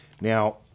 Now